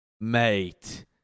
Mate